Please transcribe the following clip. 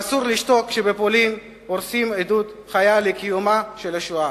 ואסור לשתוק כשבפולין הורסים עדות חיה לקיומה של השואה.